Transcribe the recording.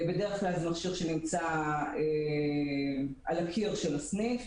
בדרך כלל זה מכשיר שנמצא על הקיר של הסניף.